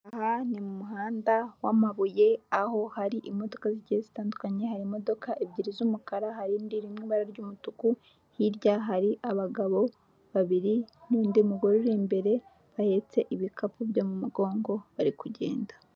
Aha ni mu muhanda w'amabuye aho hari imodoka zigiye zitandukanye hari imodoka ebyiri z'umukara, hari indi iri mu ibara ry'umutuku. Hirya hari abagabo babiri n'undi mugore uri imbere bahetse ibikapu byo mu mugongo bari kugenda.